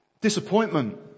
disappointment